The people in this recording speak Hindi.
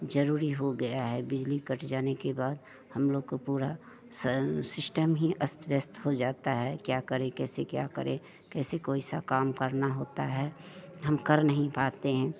जरूरी हो गया है बिजली कट जाने के बाद हम लोग को पूरा सिस्टम ही अस्त व्यस्त हो जाता है क्या करे कैसे क्या करे कैसे कोई सा काम करना होता है हम कर नहीं पाते हैं